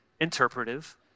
interpretive